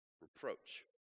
reproach